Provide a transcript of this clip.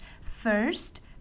First